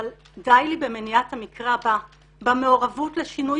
אבל דיי לי במניעת המקרה הבא במעורבות לשינוי